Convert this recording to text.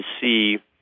see